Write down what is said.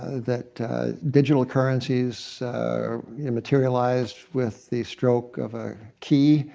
that digital currencies materialize with the stroke of a key,